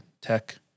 Tech